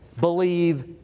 believe